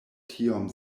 tiom